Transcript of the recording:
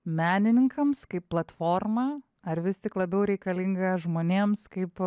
menininkams kaip platforma ar vis tik labiau reikalinga žmonėms kaip